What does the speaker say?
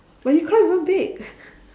but you can't even bake